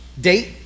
date